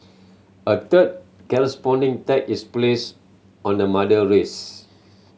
a third corresponding tag is placed on the mother wrist